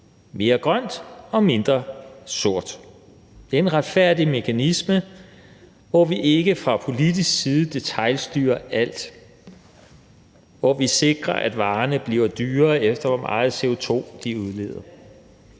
mere grønt og mindre sort. Det er en retfærdig mekanisme, hvor vi ikke fra politisk side detailstyrer alt; hvor vi sikrer, at varerne bliver dyrere, alt efter hvor meget CO2 de udleder.